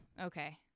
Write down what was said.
Okay